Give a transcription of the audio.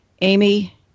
Amy